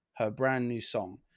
her brand new song,